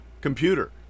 computer